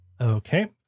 Okay